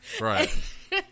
right